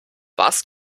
was